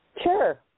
Sure